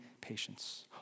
patience